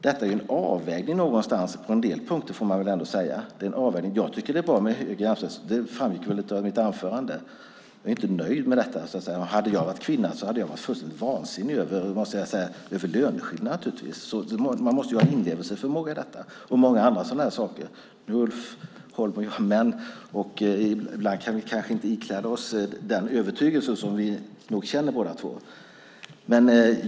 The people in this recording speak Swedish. Detta är en avvägning på en del punkter, får man väl ändå säga. Jag tycker att det är bra med hög jämställdhet. Det framgick väl av mitt anförande. Jag är inte nöjd med detta. Hade jag varit kvinna hade jag varit fullständigt vansinnig över löneskillnaderna. Man måste ju ha inlevelseförmåga i detta och i många andra sådana här saker. Ibland kan vi kanske inte ikläda oss den övertygelse som vi båda känner.